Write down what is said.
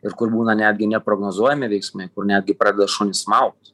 ir kur būna netgi neprognozuojami veiksmai kur netgi pradeda šunį smaugt